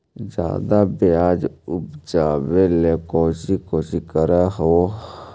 ज्यादा प्यजबा उपजाबे ले कौची कौची कर हो?